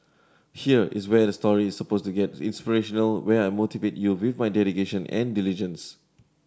here is where the story is suppose to get inspirational where I motivate you with dedication and diligence